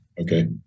Okay